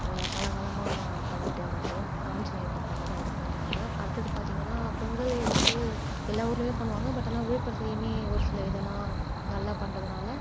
கால காலமாக பண்ணிகிட்டு வரது ஆஞ்சிநேயருக்கு பண்ணுறது அது பண்ணிகிட்டு வருவாங்க அடுத்தது பார்த்திங்கன்னா பொங்கல் வந்து எல்லா ஊர்லையுமே பண்ணுவாங்க பட் ஆனால் விழுப்புரத்திலையுமே ஒரு சில இதெலாம் நல்லா பண்ணுறதுனால